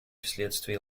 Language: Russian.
вследствие